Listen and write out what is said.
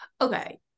okay